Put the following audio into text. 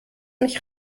mich